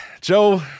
Joe